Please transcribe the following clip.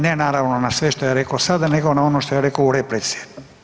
Ne naravno na sve što je rekao sada, nego na ono što je rekao u replici.